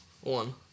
One